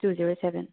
two zero seven